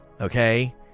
Okay